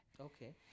Okay